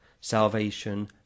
salvation